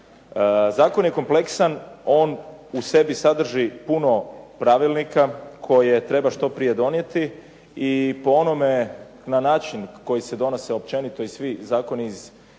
Zakon je kompleksan, on u sebi sadrži puno pravilnika koje treba što prije donijeti i po onome na način koji se donose općenito i svi zakoni u